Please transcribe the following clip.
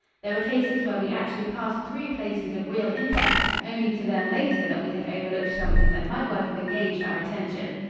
there were cases where we actually passed through places of real interest only to learn later that we had overlooked something that might well have engaged our attention.